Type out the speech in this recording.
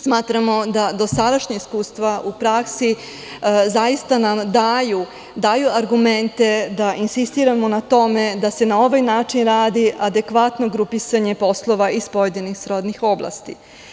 Smatramo da dosadašnja iskustva u praksi zaista nam daju argumente da insistiramo na tome da se na ovaj način radi adekvatno grupisanje poslova iz pojedinih srodnih oblasti.